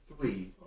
three